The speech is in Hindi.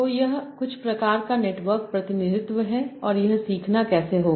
तो यह कुछ प्रकार का नेटवर्क प्रतिनिधित्व है और यह सीखना कैसे होगा